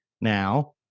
now